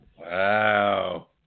Wow